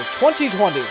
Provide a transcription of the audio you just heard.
2020